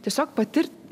tiesiog patirt